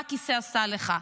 מה הכיסא עשה לך?